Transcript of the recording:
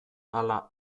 ala